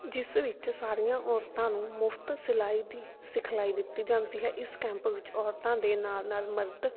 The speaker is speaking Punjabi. ਜਿਸ ਵਿੱਚ ਸਾਰੀਆਂ ਔਰਤਾਂ ਨੂੰ ਮੁਫਤ ਸਿਲਾਈ ਦੀ ਸਿਖਲਾਈ ਦਿੱਤੀ ਜਾਂਦੀ ਹੈ ਇਸ ਕੈਂਪ ਵਿੱਚ ਔਰਤਾਂ ਦੇ ਨਾਲ ਨਾਲ ਮਰਦ